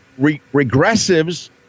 regressives